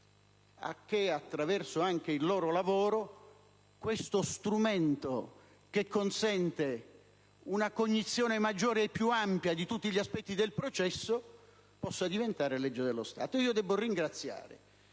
a che attraverso anche il loro lavoro questo strumento, che consente una cognizione maggiore e più ampia di tutti gli aspetti del processo, potesse diventare legge dello Stato. Io debbo ringraziare,